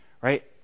right